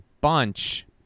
bunch